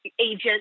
agent